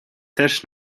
też